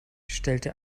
stellte